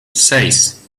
seis